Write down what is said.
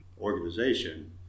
organization